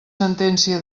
sentència